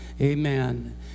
Amen